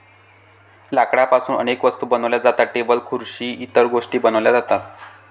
लाकडापासून अनेक वस्तू बनवल्या जातात, टेबल खुर्सी इतर गोष्टीं बनवल्या जातात